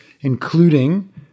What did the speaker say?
including